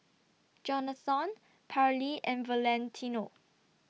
Johnathon Parlee and Valentino